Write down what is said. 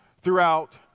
Throughout